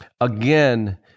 again